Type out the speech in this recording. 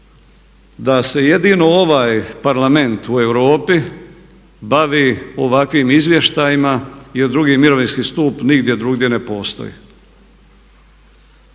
da se jedino ovaj Parlament u Europi bavi ovakvim izvještajima jer 2. mirovinski stup nigdje druge ne postoji.